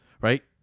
right